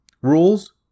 Rules